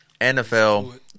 NFL